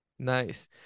Nice